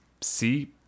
see